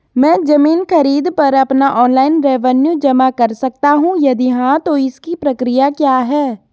मैं ज़मीन खरीद पर अपना ऑनलाइन रेवन्यू जमा कर सकता हूँ यदि हाँ तो इसकी प्रक्रिया क्या है?